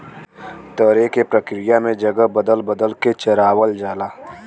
तरे के प्रक्रिया में जगह बदल बदल के चरावल जाला